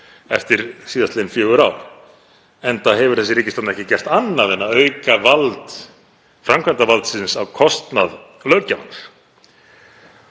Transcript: eftir síðastliðin fjögur ár, enda hefur þessi ríkisstjórn ekki gert annað en að auka vald framkvæmdarvaldsins á kostnað löggjafans